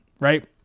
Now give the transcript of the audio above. Right